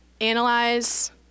analyze